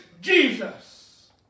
Jesus